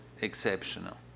exceptional